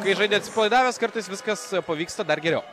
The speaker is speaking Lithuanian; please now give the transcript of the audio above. kai žaidi atsipalaidavęs kartais viskas pavyksta dar geriau